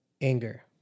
anger